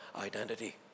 identity